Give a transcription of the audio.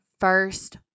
first